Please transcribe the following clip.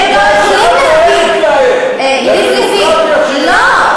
יריב לוין, לא.